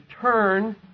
turn